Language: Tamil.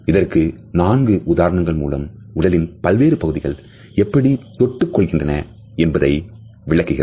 இதற்கு நான்கு உதாரணங்கள் மூலம் உடலின் பல்வேறு பகுதிகள் எப்படி தொட்டுக் கொள்கின்றனர் என்பதை விளக்குகிறார்